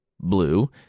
Blue